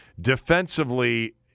Defensively